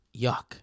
Yuck